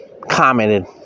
commented